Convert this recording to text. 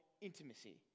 intimacy